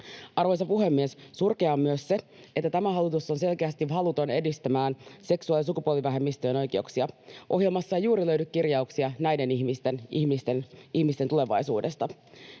Arvoisa puhemies! Surkeaa on myös se, että tämä hallitus on selkeästi haluton edistämään seksuaali- ja sukupuolivähemmistöjen oikeuksia. Ohjelmasta ei juuri löydy kirjauksia näiden ihmisten tulevaisuudesta.